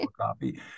copy